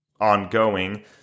ongoing